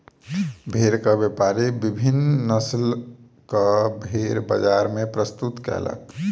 भेड़क व्यापारी विभिन्न नस्लक भेड़ बजार मे प्रस्तुत कयलक